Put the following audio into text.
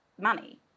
money